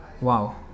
wow